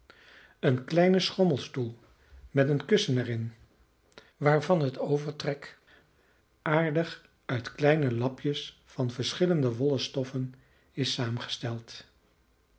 een kleinen schommelstoel met een kussen er in waarvan het overtrek aardig uit kleine lapjes van verschillende wollen stoffen is saamgesteld